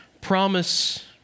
promise